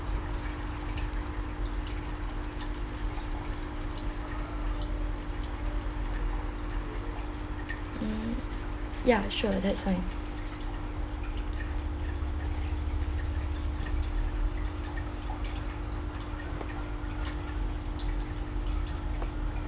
mm ya sure that's fine